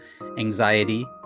anxiety